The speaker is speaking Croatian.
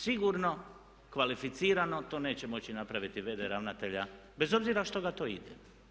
Sigurno kvalificirano to neće moći napraviti v.d. ravnatelja bez obzira što ga to ide.